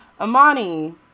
Amani